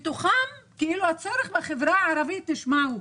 מתוכם כאילו הצורך בחברה הערבית תשמעו,